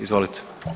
Izvolite.